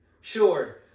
sure